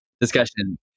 discussion